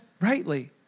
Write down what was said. rightly